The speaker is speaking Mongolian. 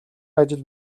ажил